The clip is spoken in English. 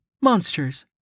Monsters